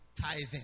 Tithing